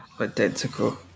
Identical